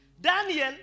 Daniel